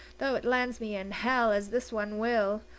though it lands me in hell, as this one will.